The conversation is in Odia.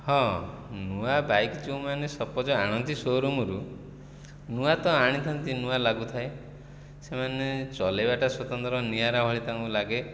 ହଁ ନୂଆ ବାଇକ୍ ଯେଉଁମାନେ ସପୋଜ୍ ଆଣନ୍ତି ସୋ ରୁମ୍ରୁ ନୂଆ ତ ଆଣିଥାନ୍ତି ନୂଆ ଲାଗୁଥାଏ ସେମାନେ ଚଲାଇବାଟା ସ୍ୱତନ୍ତ୍ର ନିଆରା ଭଳି ତାଙ୍କୁ ଲାଗେ